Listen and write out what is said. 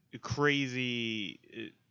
crazy